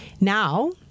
Now